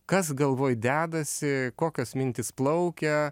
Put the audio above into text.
kas galvoj dedasi kokios mintys plaukia